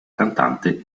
cantante